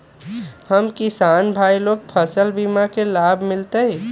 हम किसान भाई लोग फसल बीमा के लाभ मिलतई?